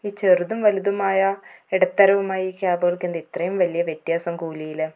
ഈ ചെറുതും വലുതുമായ ഇടത്തരവുമായി ഈ ക്യാമ്പുകൾക്ക് എന്താ ഇത്രയും വലിയ വ്യത്യാസം കൂലിയില്